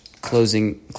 closing